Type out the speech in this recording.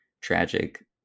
tragic